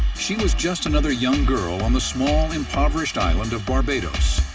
she was just another young girl on the small, impoverished island of barbados.